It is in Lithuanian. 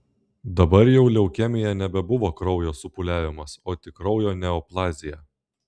dabar jau leukemija nebebuvo kraujo supūliavimas o tik kraujo neoplazija